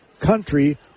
Country